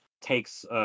takes